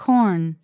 Corn